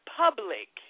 public